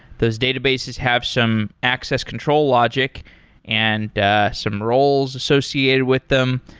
those databases have some access control logic and some roles associated with them.